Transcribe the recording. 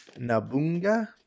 nabunga